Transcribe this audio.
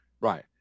right